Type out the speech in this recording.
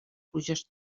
pluges